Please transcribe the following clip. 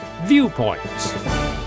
Viewpoints